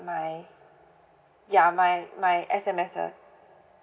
my ya my my S_M_Ss